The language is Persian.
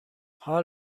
حال